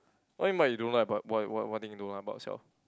what you mean by you don't like about wha~ what thing you don't like about yourself